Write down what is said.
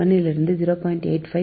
7 லிருந்து 0